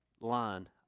line